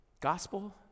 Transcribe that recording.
Gospel